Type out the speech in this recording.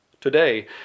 Today